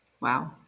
Wow